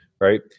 right